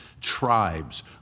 tribes